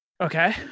Okay